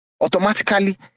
automatically